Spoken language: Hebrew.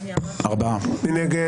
מי נגד?